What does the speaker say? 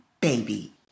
baby